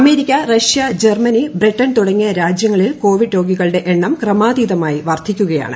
America Russia Germany Britain തുടങ്ങിയ രാജ്യങ്ങളിൽ Covid രോഗികളുടെ എണ്ണം ക്രമാതീതമായി വർദ്ധിക്കുകയാണ്